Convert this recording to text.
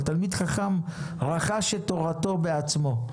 אבל תלמיד חכם רכש את תורתו בעצמו.